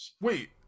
Wait